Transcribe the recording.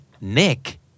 Nick